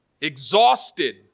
exhausted